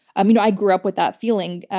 i mean, i grew up with that feeling,